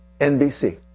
NBC